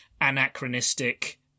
anachronistic